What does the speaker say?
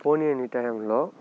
పోనీ అనే టైంలో